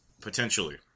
potentially